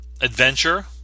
adventure